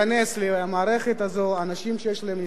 אנשים שיש להם ניסיון להיכנס למערכת הזאת.